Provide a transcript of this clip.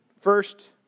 First